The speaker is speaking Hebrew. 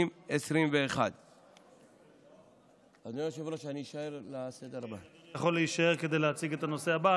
באוגוסט 2021. אתה יכול להישאר כדי להציג את הנושא הבא.